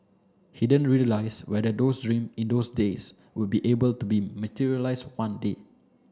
he didn't realize whether those dreams in those days would be able to be materialized one day